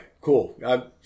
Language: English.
Cool